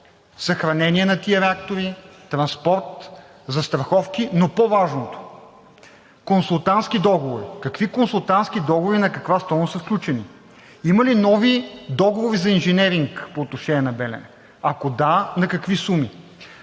съхранение на тези реактори, транспорт, застраховки, но по-важното – консултантски договори. Какви консултантски договори и на каква стойност са сключени? Има ли нови договори за инженеринг по отношение на „Белене“? Ако да – на какви суми?